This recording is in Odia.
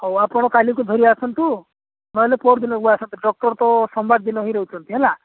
ହଉ ଆପଣ କାଲିକୁ ଧରି ଆସନ୍ତୁ ନହେଲେ ପଅରଦିନକୁ ଆସନ୍ତୁ ଡକ୍ଟର ତ ସୋମବାର ଦିନ ହିଁ ରହୁଛନ୍ତି ହେଲା